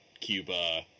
cuba